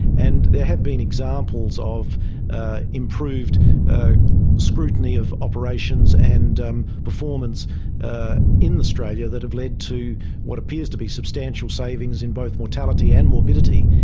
and there have been examples of ah improved scrutiny of operations and um performance ah in australia that have led to what appears to be substantial savings in both mortality and morbidity.